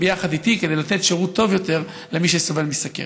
ביחד איתי כדי לתת שירות טוב יותר למי שסובל מסוכרת.